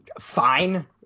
fine